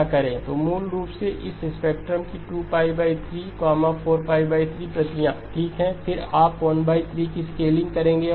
तो मूल रूप से इस स्पेक्ट्रम की 2 3 4 π 3 प्रतियां ठीक हैं और फिर आप 13 स्केलिंग करेंगे